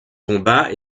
combat